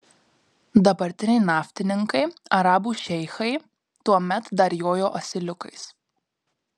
dabartiniai naftininkai arabų šeichai tuomet dar jojo asiliukais